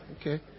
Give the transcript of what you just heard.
Okay